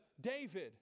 David